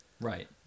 Right